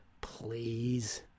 Please